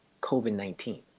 COVID-19